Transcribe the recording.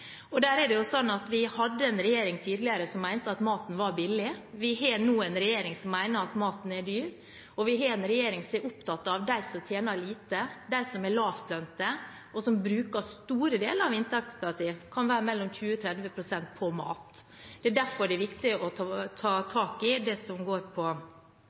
Der er det sånn at vi hadde en regjering tidligere som mente at maten var billig. Vi har nå en regjering som mener at maten er dyr, og vi har en regjering som er opptatt av dem som tjener lite, som er lavtlønte, og som bruker store deler av inntekten sin – det kan være mellom 20 og 30 pst. – på mat. Det er derfor det er viktig å ta tak i matkjedesituasjonen og konkurransen i hele verdikjeden. Det